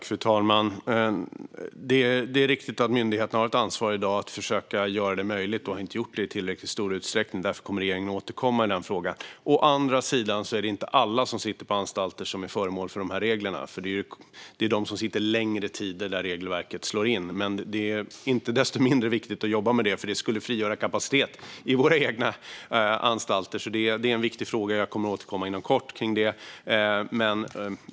Fru talman! Det är riktigt att myndigheterna i dag har ett ansvar att försöka göra detta möjligt men inte har gjort det i tillräckligt stor utsträckning. Därför kommer regeringen att återkomma i denna fråga. Å andra sidan är det inte alla som sitter på anstalter som är föremål för dessa regler. Det är för dem som sitter under längre tid som regelverket slår in. Men det är inte desto mindre viktigt att jobba med det, eftersom det skulle frigöra kapacitet på våra egna anstalter. Det är därför en viktig fråga, och jag kommer att återkomma inom kort om detta.